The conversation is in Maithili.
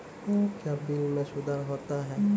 क्या बिल मे सुधार होता हैं?